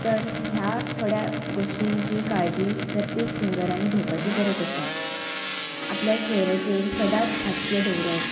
तर ह्या थोड्या गोश्टींची काळजी प्रत्येक सिंगरांनी घेवपाची गरज आसा आपल्या चेहऱ्याचेर सदांच हास्य दवरप